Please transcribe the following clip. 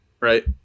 right